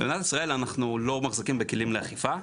במדינת ישראל, אנחנו לא מחזיקים בכלים לאכיפה.